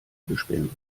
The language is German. gespendet